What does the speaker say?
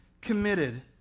committed